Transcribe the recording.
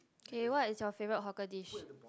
okay what is you favorite hawker dish